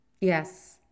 Yes